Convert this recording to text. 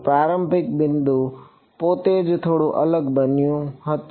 પ્રારંભિક બિંદુ પોતે જ થોડું અલગ બન્યું હતું